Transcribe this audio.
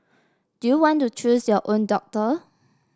do you want to choose your own doctor